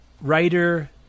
writer